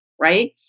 Right